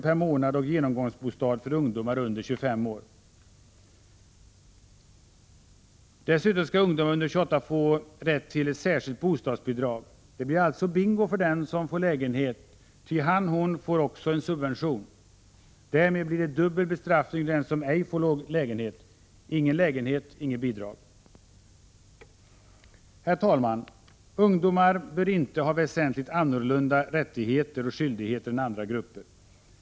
per månad och genomgångsbostad för ungdomar under 25 år. Dessutom skall ungdomar under 28 år få rätt till ett särskilt bostadsbidrag. Det blir alltså bingo för den som får lägenhet, ty han eller hon får också en subvention. Därmed blir det dubbel bestraffning för den som ej får lägenhet — ingen lägenhet, inget bidrag. Herr talman! Ungdomar bör inte ha väsentligt annorlunda rättigheter och skyldigheter än andra grupper.